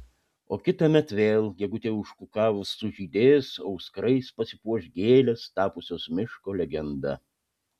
o kitąmet vėl gegutei užkukavus sužydės auskarais pasipuoš gėlės tapusios miško legenda